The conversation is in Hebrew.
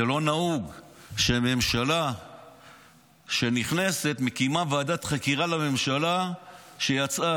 זה לא נהוג שממשלה שנכנסת מקימה ועדת חקירה לממשלה שיצאה.